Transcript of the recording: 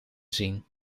zien